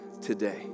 today